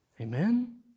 Amen